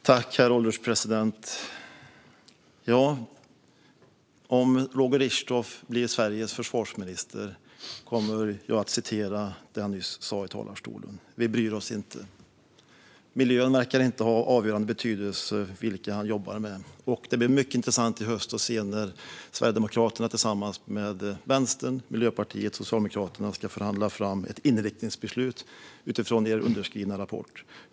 Herr ålderspresident! Om Roger Richtoff blir Sveriges försvarsminister kommer jag att citera det han nyss sa i talarstolen: Vi bryr oss inte. Miljön verkar inte ha avgörande betydelse för vilka han jobbar med. Det blir mycket intressant i höst när Sverigedemokraterna tillsammans med Vänstern, Miljöpartiet och Socialdemokraterna ska förhandla fram ett inriktningsbeslut utifrån er underskrivna rapport.